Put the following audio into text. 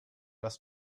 das